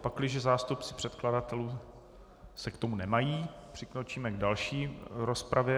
Pakliže zástupci předkladatelů se k tomu nemají, přikročíme k další rozpravě.